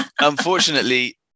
unfortunately